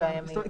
שבעת הימים?